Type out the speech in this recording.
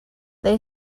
they